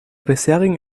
bisherigen